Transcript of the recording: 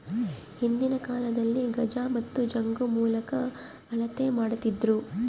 ಹಿಂದಿನ ಕಾಲದಲ್ಲಿ ಗಜ ಮತ್ತು ಜಂಗು ಮೂಲಕ ಅಳತೆ ಮಾಡ್ತಿದ್ದರು